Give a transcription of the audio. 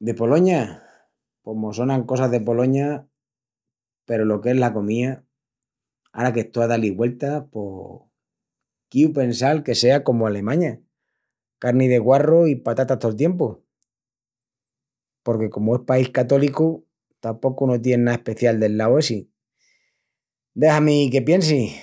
De Poloña??? Pos mos sonan cosas de Poloña peru lo que es la comía ara que estó a da-li güeltas pos... quiu pensal que sea comu Alemaña, carni de guarru i patatas tol tiempu. Porque comu es país católicu tapocu no tien ná especial del lau essi. Dexa-mi que piensi...